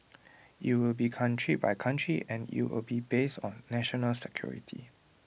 IT will be country by country and IT will be based on national security